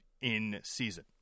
in-season